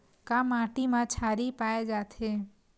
का माटी मा क्षारीय पाए जाथे?